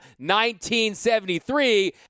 1973